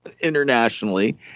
internationally